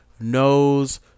knows